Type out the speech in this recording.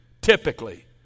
typically